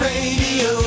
Radio